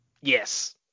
Yes